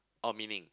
or meaning